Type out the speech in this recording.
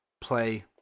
play